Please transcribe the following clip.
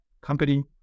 company